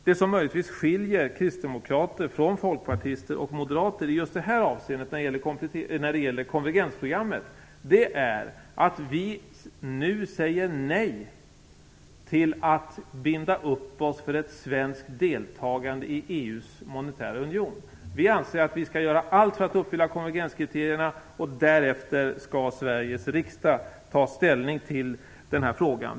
Det som möjligtvis skiljer kristdemokrater från folkpartister och moderater när det gäller konvergensprogrammet är att vi nu säger nej till att binda upp oss för ett svenskt deltagande i EU:s monetära union. Vi anser att Sverige skall göra allt för att uppfylla konvergenskriterierna, och därefter skall Sveriges riksdag ta ställning till frågan.